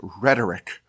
rhetoric